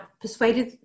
persuaded